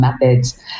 methods